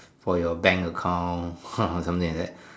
for your bank account or something like that